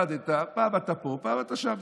הפסדת, פעם אתה פה, פעם אתה שם.